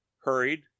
hurried